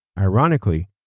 Ironically